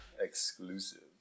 exclusive